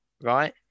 right